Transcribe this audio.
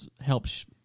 helps